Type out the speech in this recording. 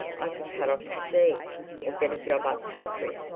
i could cut off to sea, or get a job up-country,